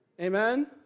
Amen